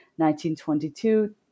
1922